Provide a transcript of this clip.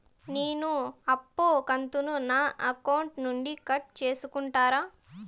నేను అప్పు కంతును నా అకౌంట్ నుండి కట్ సేసుకుంటారా?